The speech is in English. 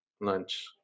Lunch